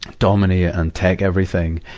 dominate and take everything,